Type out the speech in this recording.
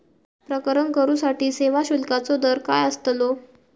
प्रकरण करूसाठी सेवा शुल्काचो दर काय अस्तलो?